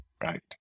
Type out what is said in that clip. Right